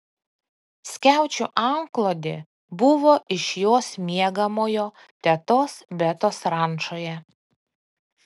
skiaučių antklodė buvo iš jos miegamojo tetos betos rančoje